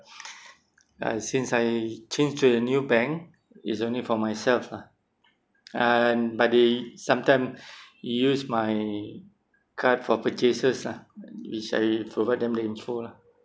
uh since I change to a new bank it's only for myself lah uh but they sometime use my card for purchases lah which I provide them the info lah